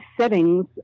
settings